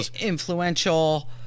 influential